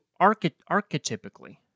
archetypically